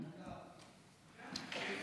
גם לא ילדים בני שש מעיסאוויה.